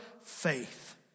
faith